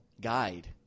guide